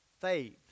Faith